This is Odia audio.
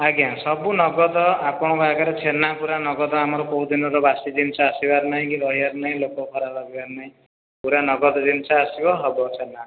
ଆଜ୍ଞା ସବୁ ନଗଦ ଆପଣଙ୍କ ଆଗରେ ଛେନା ପୁରା ନଗଦ ଆମର କେଉଁ ଦିନ ର ବାସି ଜିନିଷ ଆସିବାର ନାହିଁ କି ରହିବାର ନାହିଁ ଲୋକ ଖରାପ ଭାବିବାର ନାଇଁ ପୁରା ନଗଦ ଜିନିଷ ଆସିବ ହେବ ଛେନା